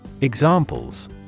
Examples